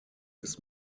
ist